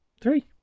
three